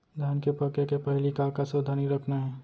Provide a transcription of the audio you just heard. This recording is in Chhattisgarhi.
धान के पके के पहिली का का सावधानी रखना हे?